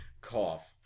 cough